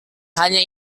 hanya